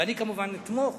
ואני כמובן אתמוך,